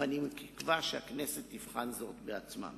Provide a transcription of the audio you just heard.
ואני תקווה שהכנסת תבחן זאת בעצמה.